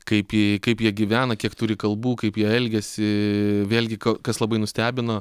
kaip jie kaip jie gyvena kiek turi kalbų kaip jie elgiasi vėlgi kas labai nustebino